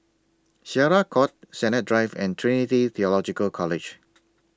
Syariah Court Sennett Drive and Trinity Theological College